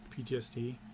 PTSD